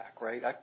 Right